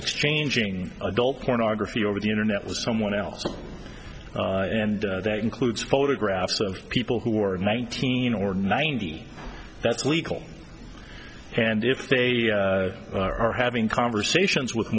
exchanging adult pornography over the internet with someone else and that includes photographs of people who are nineteen or ninety that's legal and if they are having conversations with